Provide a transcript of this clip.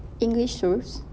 english shows